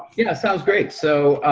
yeah sounds great. so,